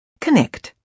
Connect